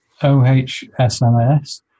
OHSMS